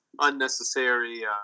unnecessary